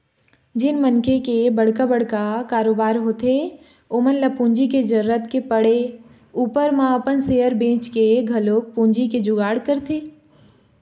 जेन मनखे के बड़का बड़का कारोबार होथे ओमन ल पूंजी के जरुरत के पड़े ऊपर म अपन सेयर बेंचके घलोक पूंजी के जुगाड़ करथे